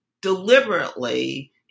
deliberately